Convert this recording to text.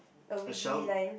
a shell